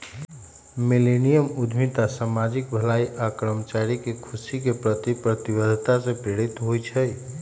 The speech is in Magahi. मिलेनियम उद्यमिता सामाजिक भलाई आऽ कर्मचारी के खुशी के प्रति प्रतिबद्धता से प्रेरित होइ छइ